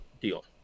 deal